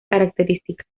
características